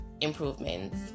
improvements